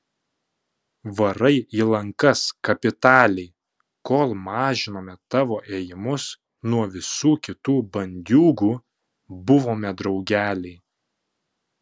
varai į lankas kapitaliai kol mažinome tavo ėjimus nuo visų kitų bandiūgų buvome draugeliai